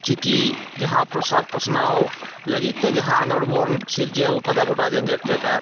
ᱪᱤᱠᱤ ᱡᱟᱦᱟᱸ ᱯᱨᱚᱥᱟᱨ ᱯᱟᱥᱱᱟᱣ ᱞᱟᱹᱜᱤᱫ ᱛᱮ ᱡᱟᱦᱟᱸ ᱟᱸᱫᱳᱲ ᱵᱚᱱ ᱥᱤᱨᱡᱟᱹᱣ ᱠᱟᱫᱟ ᱜᱚᱴᱟ ᱡᱮᱸᱜᱮᱫ ᱡᱟᱠᱟᱛ